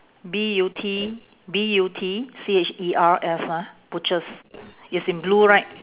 B U T B U T C H E R S ah butchers it's in blue right